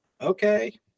okay